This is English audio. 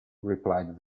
replied